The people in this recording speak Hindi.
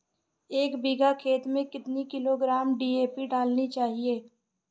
एक बीघा खेत में कितनी किलोग्राम डी.ए.पी डालनी चाहिए?